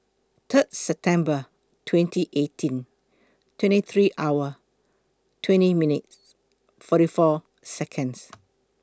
Third September twenty eighteen twenty three hour twenty minutes forty four Seconds